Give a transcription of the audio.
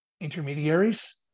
intermediaries